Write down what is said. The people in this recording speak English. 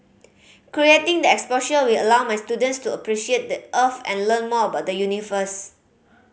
creating the exposure will allow my students to appreciate the Earth and learn more about the universe